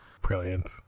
brilliant